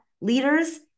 leaders